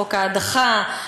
חוק ההדחה,